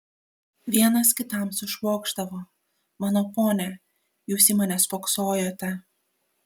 vienas kitam sušvokšdavo mano pone jūs į mane spoksojote